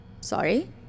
Sorry